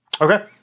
Okay